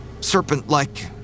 serpent-like